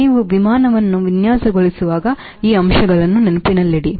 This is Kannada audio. ನೀವು ವಿಮಾನವನ್ನು ವಿನ್ಯಾಸಗೊಳಿಸುವಾಗ ಈ ಅಂಶಗಳು ನೆನಪಿನಲ್ಲಿಡಿ